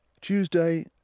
Tuesday